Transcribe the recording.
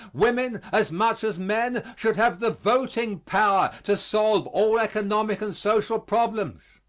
women, as much as men, should have the voting power to solve all economic and social problems.